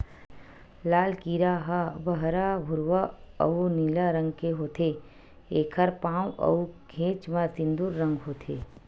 लाल कीरा ह बहरा भूरवा अउ नीला रंग के होथे, एखर पांव अउ घेंच म सिंदूर रंग होथे